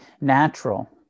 natural